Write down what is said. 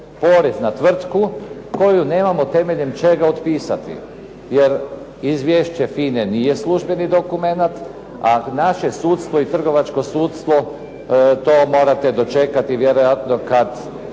na tvrtku koju nemamo temeljem čega otpisati. Jer izvješće "FINE" nije službeni dokumenat, a naše sudstvo i trgovačko sudstvo to morate dočekati vjerojatno kad